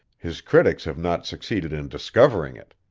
his critics have not succeeded in discovering it